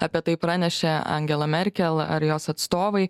apie tai pranešė angela merkel ar jos atstovai